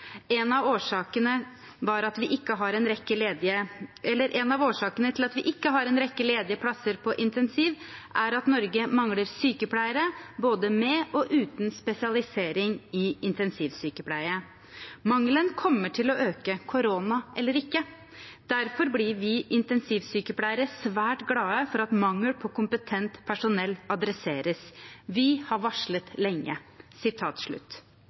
En av årsakene til at vi ikke har en rekke ledige plasser på intensiv er at Norge mangler sykepleiere både med og uten spesialisering i intensivsykepleie. Mangelen kommer til å øke, corona eller ikke. Derfor blir vi intensivsykepleiere svært glade for at mangel på kompetent personell adresseres. Vi har varslet lenge.»